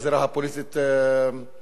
לפיד,